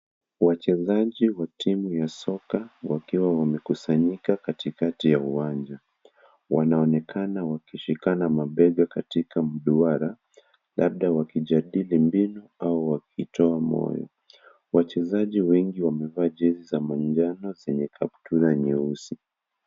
Wachezaji wa timu ya soka wakiwa wamekusanyika katikati ya uwanja. Wanaonekana wakishikana mabega katika mduara labda wakijadili mbinu au wakitoa maonilll. Wachezaji wengi wamevaa jezi za manjano zenye kaptura nyeusi.